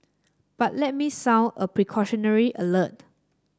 but let me sound a precautionary alert